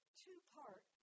two-part